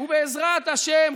בעזרת השם,